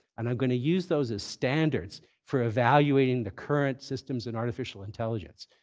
and i'm going to use those as standards for evaluating the current systems in artificial intelligence.